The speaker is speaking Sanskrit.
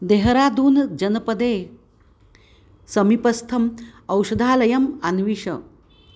देहरादूनजनपदे समीपस्थम् औषधालयम् अन्विष